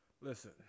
Listen